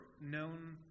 known